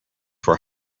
were